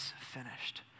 finished